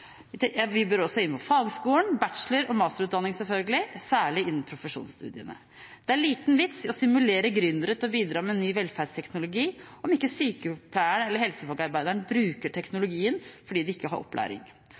bør også inn i fagskolen og bachelor- og masterutdanning, selvfølgelig, særlig innenfor profesjonsstudiene. Det er liten vits i å stimulere gründere til å bidra med ny velferdsteknologi om ikke sykepleierne eller helsefagarbeiderne bruker teknologien fordi de ikke har opplæring